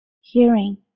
hearing